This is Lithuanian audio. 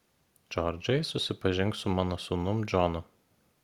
džordžai susipažink su mano sūnum džonu